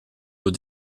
aux